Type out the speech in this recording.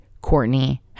Courtney